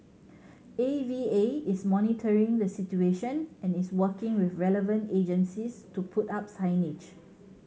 A V A is monitoring the situation and is working with relevant agencies to put up signage